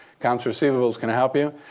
accounts receivables, can i help you?